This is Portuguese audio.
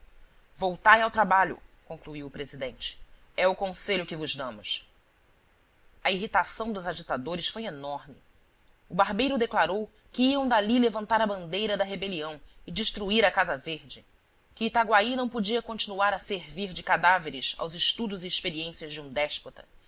voltai ao trabalho concluiu o presidente é o conselho que vos damos a irritação dos agitadores foi enorme o barbeiro declarou que iam dali levantar a bandeira da rebelião e destruir a casa verde que itaguaí não podia continuar a servir de cadáver aos estudos e experiências de um déspota